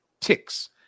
ticks